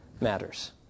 matters